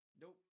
Nope